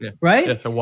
right